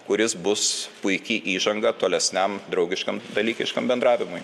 kuris bus puiki įžanga tolesniam draugiškam dalykiškam bendravimui